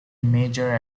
major